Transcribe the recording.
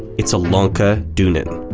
it's elonka dunin.